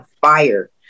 fire